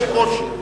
יש קושי.